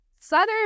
Southern